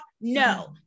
No